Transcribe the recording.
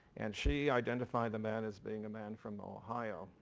and she identified the man as being a man from ohio.